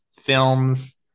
films